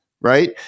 Right